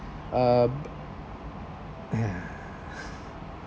err